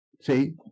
see